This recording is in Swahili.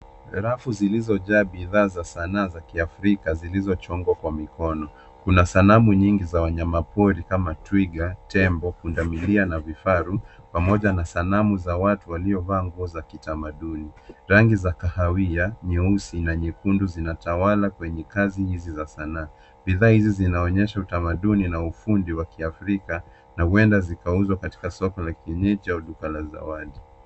Rafu zilizojaa bidhaa za sanaa za kiafrika zilizochonwa kwa mikono. Kuna sanamu nyingi za wanyama pori kama twiga, tembo punda milia na kifaru, pamoja na sanamu za watu waliovaa nguo za kitamaduni. Rangi za kahawia, nyeusi na nyekundu , zinatawala kwenye kazi hizi za sanaa. Bidhaa hizi zinaonyesha utamaduni na ufundi wa kiafrika , na huenda zikauzwa katika soko kienyeji au katika duka la zawadi.